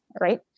right